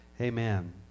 Amen